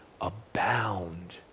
abound